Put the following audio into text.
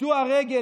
קטוע רגל,